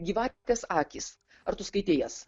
gyvatės akys ar tu skaitei jas